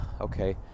okay